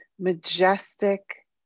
Majestic